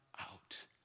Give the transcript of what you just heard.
out